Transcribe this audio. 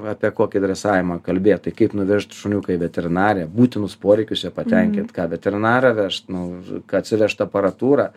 apie kokį dresavimą kalbėt tai kaip nuvežt šuniuką į veterinariją būtinus poreikius jo patenkint ką veterinarą vežt nu ką atsivežt aparatūrą